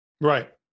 Right